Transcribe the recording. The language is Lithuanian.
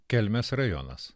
kelmės rajonas